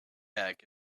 back